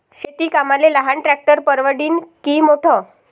शेती कामाले लहान ट्रॅक्टर परवडीनं की मोठं?